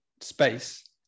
space